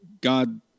God